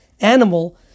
animal